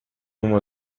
uma